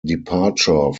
departure